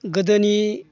गोदोनि